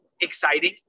exciting